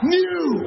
new